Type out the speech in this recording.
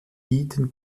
eton